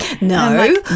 No